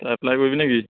তই এপ্লাই কৰিবি নে কি